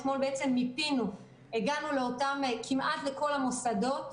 אתמול מיפינו והגענו כמעט לכל המוסדות,